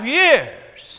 years